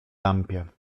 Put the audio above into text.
lampie